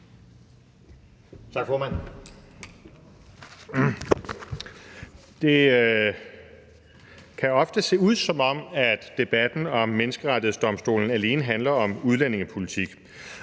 Det kan ofte se ud, som om debatten om Menneskerettighedsdomstolen alene handler om udlændingepolitik.